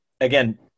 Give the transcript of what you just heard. Again